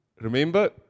remember